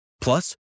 Plus